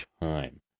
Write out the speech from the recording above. time